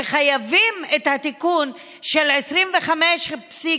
שחייבים את התיקון של 25.1